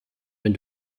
wenn